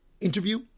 interview